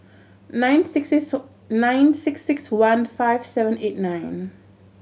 nine six six nine six six one five seven eight nine